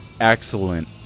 excellent